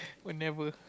whenever